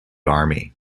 army